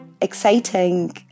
exciting